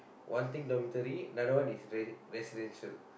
one thing dormitory another one is re~ residential